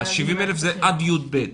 70,000 זה עד יב'.